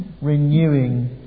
renewing